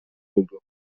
oldu